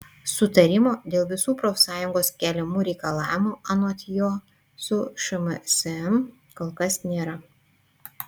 sutarimo dėl visų profsąjungos keliamų reikalavimų anot jo su šmsm kol kas nėra